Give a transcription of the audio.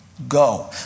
go